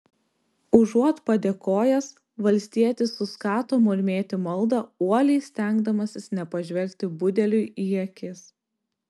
užuot padėkojęs valstietis suskato murmėti maldą uoliai stengdamasis nepažvelgti budeliui į akis